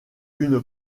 une